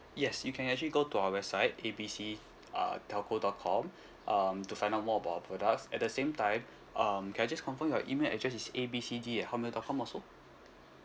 yes you can actually go to our website A B C uh telco dot com um to find out more about our products at the same time um can I just confirm your email address is it A B C D at hotmail dot com also